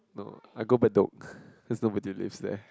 no I go Bedok there's nobody lives there